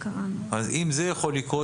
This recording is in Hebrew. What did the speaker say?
אז אם זה יכול לקרות,